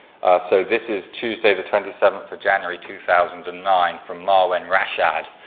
so, this is tuesday the twenty seventh for january, two thousand and nine from marwin rashad